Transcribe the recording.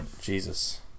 Jesus